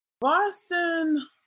Boston